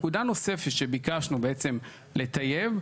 נקודה נוספת שביקשנו בעצם לטייב,